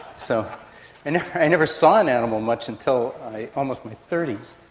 so and i never saw an animal much until almost my thirty s.